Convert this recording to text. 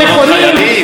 להזכיר לך?